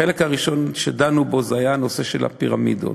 החלק הראשון שדנו בו היה נושא הפירמידות.